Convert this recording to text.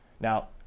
Now